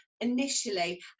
initially